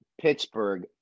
Pittsburgh